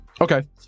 Okay